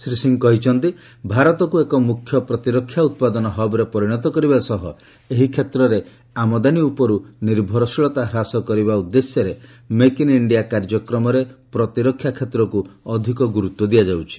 ଶ୍ରୀ ସିଂ କହିଛନ୍ତି ଭାରତକୁ ଏକ ମୁଖ୍ୟ ପ୍ରତିରକ୍ଷା ଉତ୍ପାଦନ ହବ୍ରେ ପରିଣତ କରିବା ସହ ଏହି କ୍ଷେତ୍ରରେ ଆମଦାନୀ ଉପରୁ ନିର୍ଭରଶୀଳତା ହ୍ରାସ କରିବା ଉଦ୍ଦେଶ୍ୟରେ ମେକ୍ ଇନ୍ ଇଣ୍ଡିଆ କାର୍ଯ୍ୟକ୍ରମରେ ପ୍ରତିରକ୍ଷା କ୍ଷେତ୍ରକୁ ଅଧିକ ଗୁରୁତ୍ୱ ଦିଆଯାଉଛି